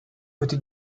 côté